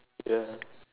ya